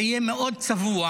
זה יהיה מאוד צבוע